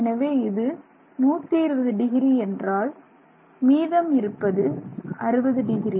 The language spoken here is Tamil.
எனவே இது 120 டிகிரி என்றால் மீதம் இருப்பது 60 டிகிரி